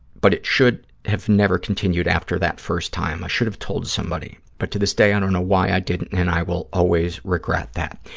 but it should have never continued after that first time. i should have told somebody, but to this day i don't know why i didn't and i will always regret that.